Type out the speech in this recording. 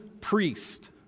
priest